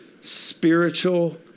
spiritual